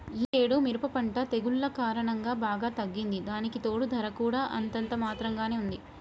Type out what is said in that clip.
యీ యేడు మిరప పంట తెగుల్ల కారణంగా బాగా తగ్గింది, దానికితోడూ ధర కూడా అంతంత మాత్రంగానే ఉంది